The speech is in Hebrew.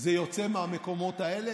זה יוצא מהמקומות האלה,